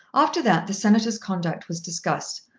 after that the senator's conduct was discussed,